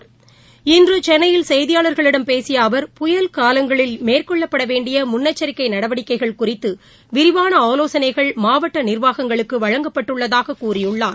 பேசிய அவர் இன்றுசென்னையில் செய்தியாளர்களிடம் புயல் காலங்களில் மேற்கொள்ளபடவேண்டியமுன்னெச்சரிக்கைநடவடிக்கைகள் குறித்துவிரிவான ஆலோசனைகள் மாவட்டநிர்வாகங்களுக்குவழங்கப்பட்டதாககூறியுள்ளார்